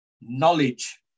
knowledge